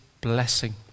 blessing